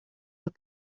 los